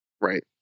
Right